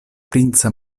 princa